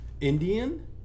Indian